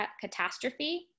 catastrophe